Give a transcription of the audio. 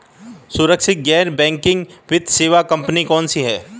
सुरक्षित गैर बैंकिंग वित्त सेवा कंपनियां कौनसी हैं?